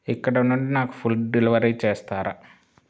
ఇక్కడ నుండి నాకు ఫుడ్ డెలివరీ చేస్తారా